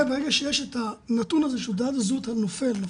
וברגע שיש את הנתון הזה של תעודת זהות הנופל/נופלת,